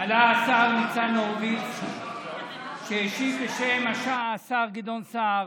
עלה השר ניצן הורוביץ והשיב בשם השר גדעון סער,